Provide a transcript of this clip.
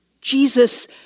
Jesus